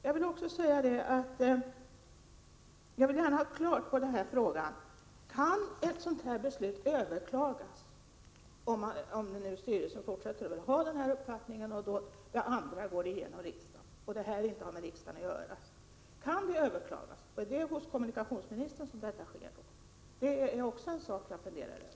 Jag skulle också gärna vilja ha ett klarläggande svar på följande fråga: Kan ett sådant här beslut överklagas — om nu styrelsen håller fast vid sin uppfattning och ett beslut fattas i riksdagen i en fråga som inte har med riksdagen att göra? Jag upprepar: Kan ett sådant beslut överklagas? Är det kommunikationsministern som i så fall får ta sig an detta? Det är en sak som jag också funderar över.